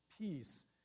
peace